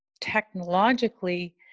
technologically